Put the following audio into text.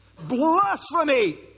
Blasphemy